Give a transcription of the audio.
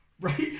right